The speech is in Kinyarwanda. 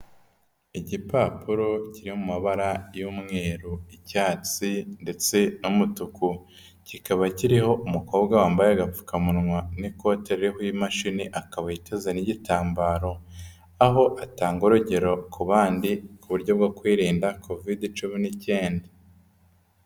Igipapuro kiri mu mabara y'umweru, icyatsi, ndetse n'umutuku. kikaba kiriho umukobwa wambaye agapfukamunwa n'ikote ririho imashini, akaba yiteze n'igitambaro, aho atanga urugero ku bandi, ku buryo bwo kwirinda Covid cumi n'icyenda.